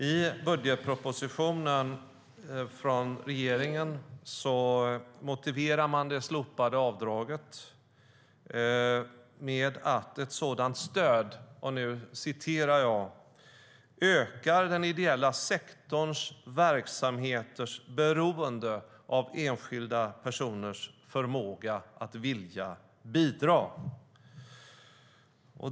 I budgetpropositionen från regeringen motiverar man det slopade avdraget med att ett sådant stöd "ökar den ideella sektorns verksamheters beroende av enskilda personers förmåga och vilja att bidra".